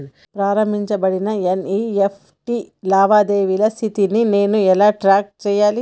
ప్రారంభించబడిన ఎన్.ఇ.ఎఫ్.టి లావాదేవీల స్థితిని నేను ఎలా ట్రాక్ చేయాలి?